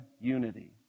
unity